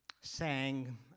sang